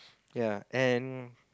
yea and